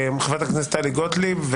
חברת הכנסת טלי גוטליב,